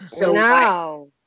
No